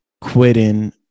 quitting